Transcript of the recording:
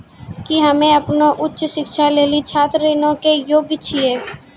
कि हम्मे अपनो उच्च शिक्षा लेली छात्र ऋणो के योग्य छियै?